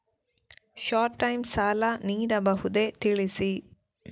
Short time ಸಾಲ ನೀಡಬಹುದೇ ತಿಳಿಸಿ?